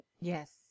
Yes